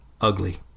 Ugly